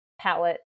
palette